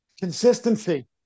consistency